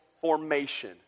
formation